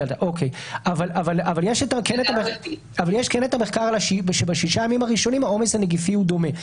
אבל יש את המחקר שבששת הימים הראשונים העומס הנגיפי הוא דומה.